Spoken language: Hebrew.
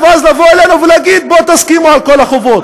ואז לבוא אלינו ולהגיד: בואו תסכימו על כל החובות?